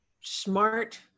Smart